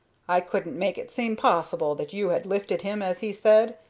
i couldn't make it seem possible that you had lifted him as he said,